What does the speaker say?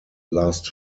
last